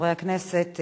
חברי הכנסת,